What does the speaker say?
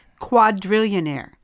Quadrillionaire